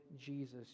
Jesus